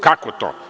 Kako to?